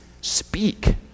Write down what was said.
speak